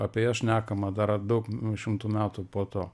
apie jas šnekama dar daug šimtų metų po to